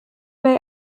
bay